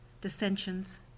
dissensions